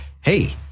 hey